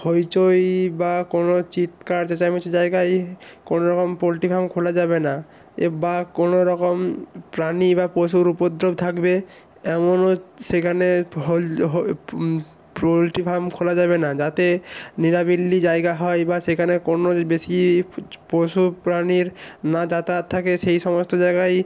হইচই বা কোনো চিৎকার চেঁচামেচি জায়গায় কোনো রকম পোল্ট্রি ফার্ম খোলা যাবে না বা কোনো রকম প্রাণী বা পশুর উপদ্রব থাকবে এমনও সেখানে হোল হোল পোল্ট্রি ফার্ম খোলা যাবে না যাতে নিরাবিলি জায়গা হয় বা সেখানে কোনো বেশি পশু প্রাণীর না যাতায়াত থাকে সেই সমস্ত জায়গায়ই